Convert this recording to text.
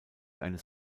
eines